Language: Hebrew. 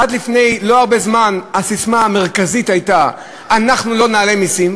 עד לפני לא הרבה זמן הססמה המרכזית הייתה: אנחנו לא נעלה מסים,